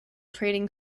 trading